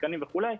השחקנים וכולי,